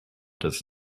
does